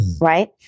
right